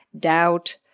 doubt,